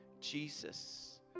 Jesus